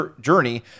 journey